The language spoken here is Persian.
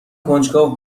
کنجکاو